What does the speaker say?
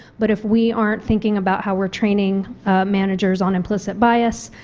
but if we aren't thinking about how we are training managers on implicit bias,